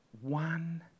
One